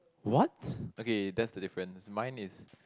what okay that's the difference mine is